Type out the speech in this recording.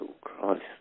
Christ